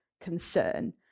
concern